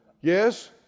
Yes